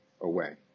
away